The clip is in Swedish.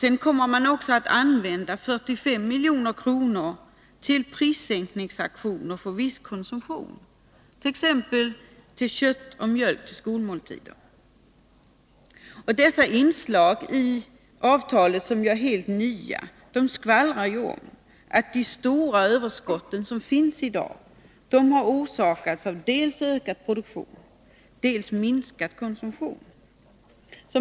Sedan kommer man även att använda 45 milj.kr. till prissänkningsaktioner för viss konsumtion, t.ex. till kött och mjölk vid skolmåltider. Dessa inslag i avtalet som är helt nya skvallrar om att de stora överskotten i dag har orsakats av dels ökad produktion, dels minskad konsumtion.